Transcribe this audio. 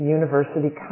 University